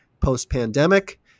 post-pandemic